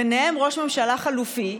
בהם ראש ממשלה חליפי,